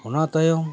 ᱚᱱᱟ ᱛᱟᱭᱚᱢ